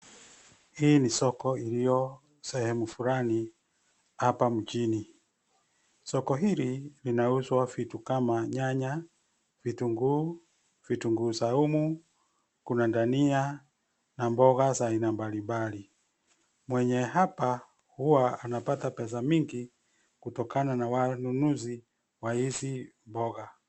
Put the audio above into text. Hii ni soko ilyosehemu fulani hapa mjini. Soko hili linauzwa vitu kama nyanya, vitunguu, vitunguu saumu kuna dania na mboga za aina mbali mbali. Mwenye hapa, huwa anapata pesa mingi kutokana na wanunuzi wa izi mboga.